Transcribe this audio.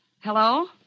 Hello